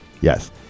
yes